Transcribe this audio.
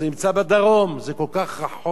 זה נמצא בדרום, זה כל כך רחוק,